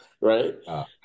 right